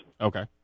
Okay